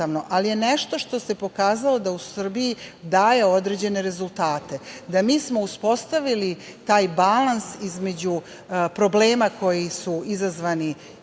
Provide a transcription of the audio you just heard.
ali je nešto što se pokazalo da u Srbiji daje određene rezultate. Mi smo uspostavili taj balans između problema koji su izazvani